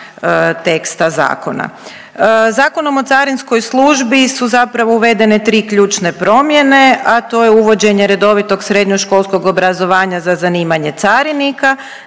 teksta zakona. Zakonom o carinskoj službi su zapravo uvedene tri ključne promjene a to je uvođenje redovitog srednjoškolskog obrazovanja za zanimanje carinika.